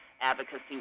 advocacy